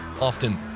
often